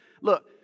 Look